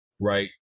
right